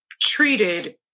treated